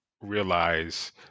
realize